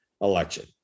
election